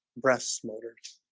breaths motors.